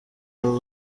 abo